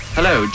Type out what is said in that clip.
Hello